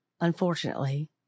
Unfortunately